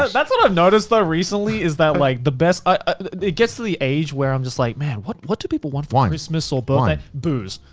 but that's what i've noticed though recently, is that like the best, it gets to the age where i'm just like, man, what what do people want for christmas or but birthday? booze.